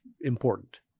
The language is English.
important